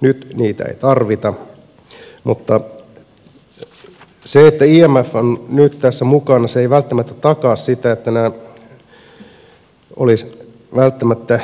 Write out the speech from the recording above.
nyt niitä ei tarvita mutta se että imf on nyt tässä mukana ei välttämättä takaa sitä että nämä rahat olisivat välttämättä